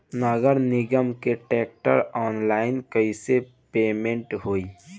नगर निगम के टैक्स ऑनलाइन कईसे पेमेंट होई?